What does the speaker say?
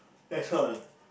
that's all